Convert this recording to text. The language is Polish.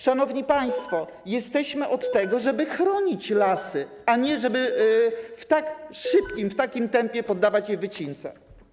Szanowni państwo, jesteśmy od tego, żeby chronić lasy, a nie żeby tak szybko, w takim tempie poddawać je wycince.